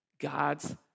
God's